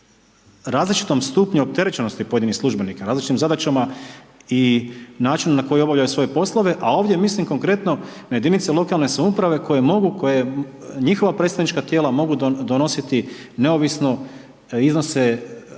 o različitom stupnju opterećenosti pojedinih službenika, različitim zadaćama i načinu na koje obavljaju svoje poslove. A ovdje mislim konkretno na jedinice lokalne samouprave koje mogu, koje njihova predstavnička tijela mogu donositi neovisno iznose ili